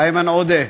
איימן עודה,